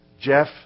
Jeff